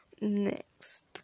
Next